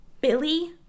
Billy